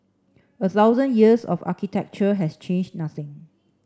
a thousand years of architecture has changed nothing